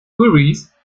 queries